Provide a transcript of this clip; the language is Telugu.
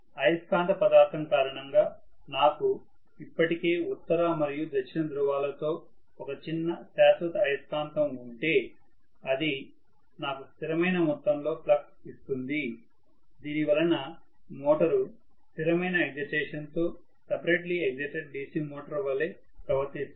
అయస్కాంత పదార్థం కారణంగా నాకు ఇప్పటికే ఉత్తర మరియు దక్షిణ ధ్రువాలతో ఒక చిన్న శాశ్వత అయస్కాంతం ఉంటే అది నాకు స్థిరమైన మొత్తంలో ఫ్లక్స్ ఇస్తుంది దీని వలన మోటరు స్థిరమైన ఎగ్జైటేషన్ తో separately excited DC motor వలె ప్రవర్తిస్తుంది